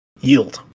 Yield